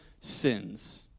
sins